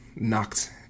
knocked